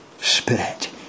Spirit